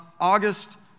August